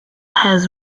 has